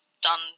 done